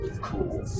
cool